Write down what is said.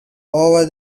over